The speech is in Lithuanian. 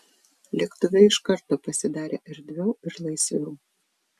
lėktuve iš karto pasidarė erdviau ir laisviau